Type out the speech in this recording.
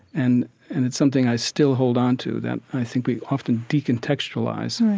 and and it's something i still hold onto that i think we often decontextualize,